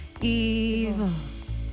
evil